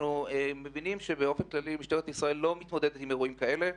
אנחנו מבינים שבדרך כלל משטרת ישראל לא מתמודדת עם אירועים שכאלו,